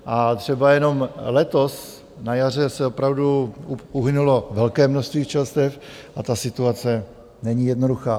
A třeba jenom letos na jaře opravdu uhynulo velké množství včelstev a ta situace není jednoduchá.